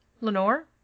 Lenore